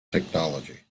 technology